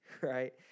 right